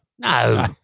No